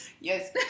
Yes